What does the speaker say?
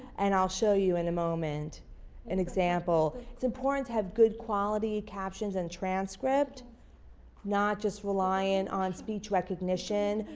and i'll show you in a moment an example. it's important to have good quality captions and transcript not just relying on speech recognition.